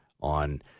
on